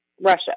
Russia